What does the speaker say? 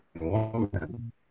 woman